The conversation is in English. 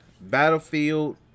Battlefield